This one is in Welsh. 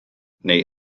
neu